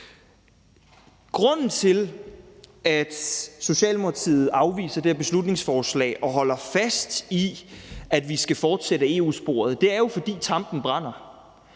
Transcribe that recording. Grunden til, at Socialdemokratiet afviser det her beslutningsforslag og holder fast i, at vi skal fortsætte ad EU-sporet, er jo, at tampen brænder.